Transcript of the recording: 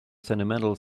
sentimental